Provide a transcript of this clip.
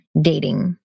dating